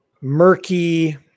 murky